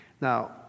Now